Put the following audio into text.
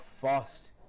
fast